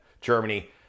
Germany